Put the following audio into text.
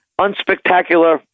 unspectacular